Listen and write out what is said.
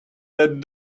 that